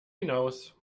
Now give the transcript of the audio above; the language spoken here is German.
hinaus